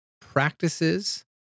practices